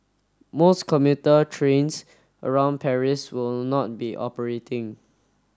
most commuter trains around Paris will not be operating